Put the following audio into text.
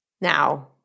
now